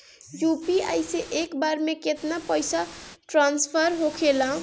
UPI से एक बार मे केतना पैसा ट्रस्फर होखे ला?